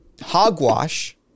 hogwash